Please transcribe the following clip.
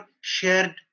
shared